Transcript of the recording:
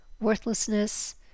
worthlessness